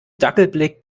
dackelblick